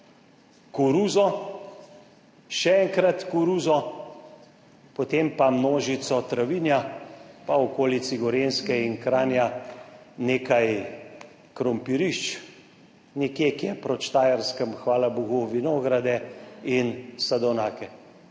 koruzo, še enkrat koruzo, potem pa množico travinja, pa v okolici Gorenjske in Kranja nekaj krompirišč nekje kje proti Štajerskemu, hvala bogu, vinograde in sadovnjake.